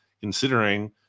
considering